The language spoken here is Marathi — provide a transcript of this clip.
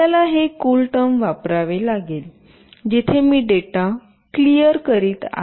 आपल्याला हे कूल टर्म वापरावे लागेल जिथे मी डेटा क्लिअर करीत आहे